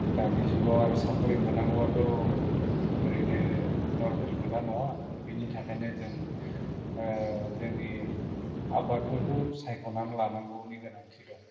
दानि जुगाव आरो साख्रि मोननांगौब्लाथ' ओरैनो नरमेल खोथा नङा बिनि थाखायनो जों जोंनि आबादफोरखौ सायख'नानै लानांगौनि गोनांथि दं